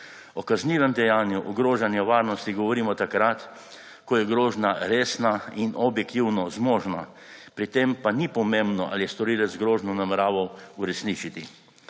O kaznivem dejanju ogrožanja varnosti govorimo takrat, ko je grožnja resna in objektivno možna, pri tem pa ni pomembno, ali je storilec grožnjo nameraval uresničiti.